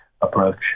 approach